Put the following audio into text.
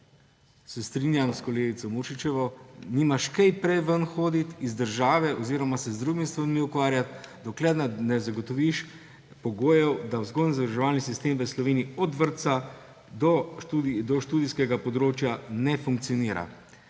se strinjam s kolegico Muršičevo, nimaš kaj prej hoditi ven iz države oziroma se z drugimi stvarmi ukvarjati, dokler ne zagotoviš pogojev, da vzgojno-izobraževalni sistem v Sloveniji od vrtca do študijskega področja ne funkcionira.